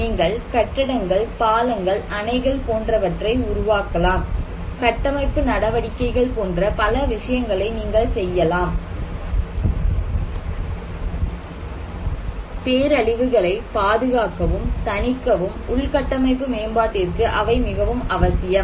நீங்கள் கட்டடங்கள் பாலங்கள் அணைகள் போன்றவற்றை உருவாக்கலாம் கட்டமைப்பு நடவடிக்கைகள் போன்ற பல விஷயங்களை நீங்கள் செய்யலாம் பேரழிவுகளைப் பாதுகாக்கவும் தணிக்கவும் உள்கட்டமைப்பு மேம்பாட்டிற்கு அவை மிகவும் அவசியம்